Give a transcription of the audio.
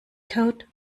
code